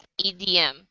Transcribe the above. EDM